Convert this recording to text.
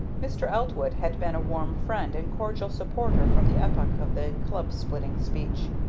mr. eltwood had been a warm friend and cordial supporter from the epoch of the club-splitting speech.